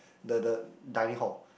the the dining hall